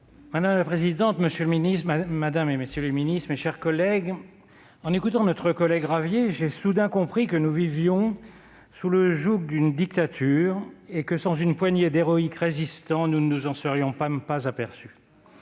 Madame la présidente, madame, monsieur les ministres, mes chers collègues, en écoutant notre collègue Ravier, j'ai soudain compris que nous vivions sous le joug d'une dictature et que, sans une poignée d'héroïques résistants, nous ne nous en serions pas aperçus.